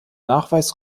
nachweis